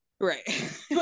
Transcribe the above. Right